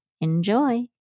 Enjoy